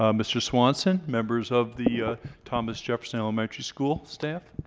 um mr. swanson, members of the thomas jefferson elementary school staff?